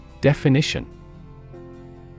Definition